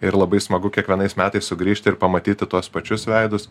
ir labai smagu kiekvienais metais sugrįžti ir pamatyti tuos pačius veidus